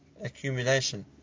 accumulation